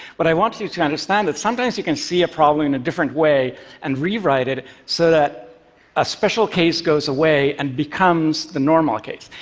but i want you to understand that sometimes you can see a problem in a different way and rewrite it so that a special case goes away and becomes the normal case.